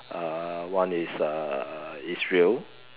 uh one is uh Israel